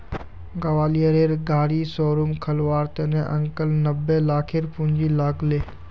ग्वालियरेर गाड़ी शोरूम खोलवार त न अंकलक नब्बे लाखेर पूंजी लाग ले